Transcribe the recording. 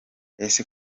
ese